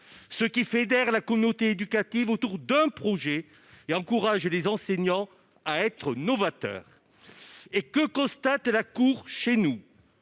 ce qui fédère la communauté éducative autour d'un projet et encourage les enseignants à être novateur et que, constate la Cour chez nous